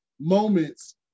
moments